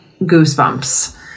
goosebumps